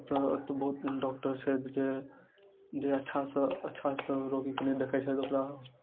एतऽ एतऽ बहुत एहन डॉक्टर छथि जे जे अच्छासँ अच्छासँ रोगीके नहि देखै छथि ओकरा